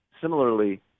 Similarly